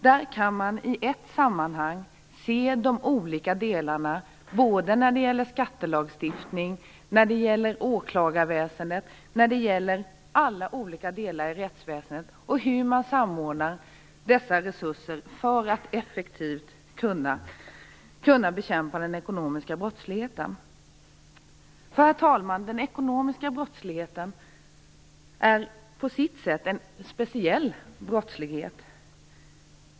Där kan man i ett sammanhang se de olika delarna - skattelagstiftning, åklagarväsendet och alla olika delar av rättsväsendet - och hur man samordnar dessa resurser för att effektivt kunna bekämpa den ekonomiska brottsligheten. Herr talman! Den ekonomiska brottsligheten är på sitt sätt en speciell brottslighet.